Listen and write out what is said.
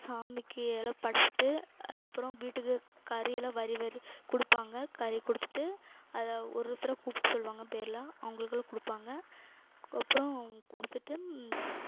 சாமிக்கு எல்லாம் படைச்சிட்டு அப்புறம் வீட்டுக்கு கறியெல்லாம் வாரி வாரி கொடுப்பாங்க கறி கொடுத்துட்டு அதை ஒரு ஒருத்தராக கூப்பிட்டு சொல்லுவாங்க பேர்லாம் அவங்களுக்கெல்லாம் கொடுப்பாங்க அதுக்கப்றம் கொடுத்துட்டு